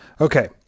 okay